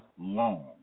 long